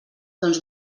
doncs